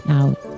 out